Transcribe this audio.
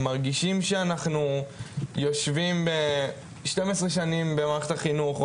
מרגישים שאנחנו יושבים 12 שנים במערכת החינוך,